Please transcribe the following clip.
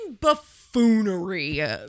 buffoonery